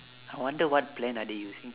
I wonder what plan are they using